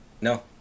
No